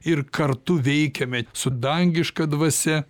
ir kartu veikiame su dangiška dvasia